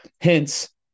Hence